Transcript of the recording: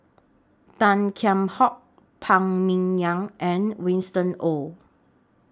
Tan Kheam Hock Phan Ming Yen and Winston Oh